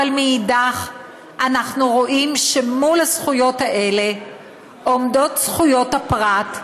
אבל מאידך גיסא אנחנו רואים שמול הזכויות האלה עומדות זכויות הפרט,